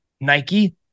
Nike